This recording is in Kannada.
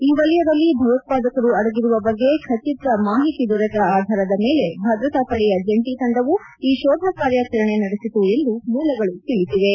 ಈ ವಲಯದಲ್ಲಿ ಭಯೋತ್ಪಾದಕರು ಅಡಗಿರುವ ಬಗ್ಗೆ ಖಚಿತ ಮಾಹಿತಿ ದೊರೆತ ಆಧಾರದ ಮೇಲೆ ಭದ್ರತಾಪಡೆಯ ಜಂಟಿ ತಂಡವು ಈ ಶೋಧ ಕಾರ್ಯಾಚರಣೆ ನಡೆಸಿತು ಎಂದು ಮೂಲಗಳು ತಿಳಿಸಿವೆ